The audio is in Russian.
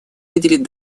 выделить